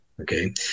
Okay